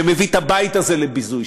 שמביא את הבית הזה לביזוי,